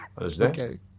Okay